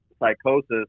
psychosis